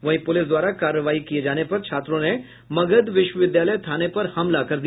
वहीं पुलिस द्वारा कार्रवाई किये जाने पर छात्रों ने मगध विश्वविद्यालय थाने पर हमला कर दिया